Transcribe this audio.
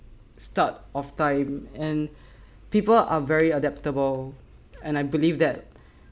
start of time and people are very adaptable and I believe that